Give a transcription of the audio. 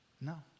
No